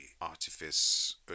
artifice